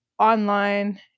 online